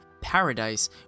Paradise